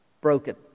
broken